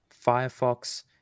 Firefox